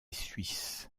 suisse